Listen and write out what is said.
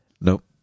Nope